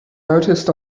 noticed